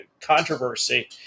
controversy